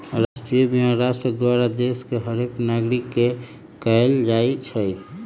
राष्ट्रीय बीमा राष्ट्र द्वारा देश के हरेक नागरिक के कएल जाइ छइ